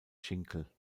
schinkel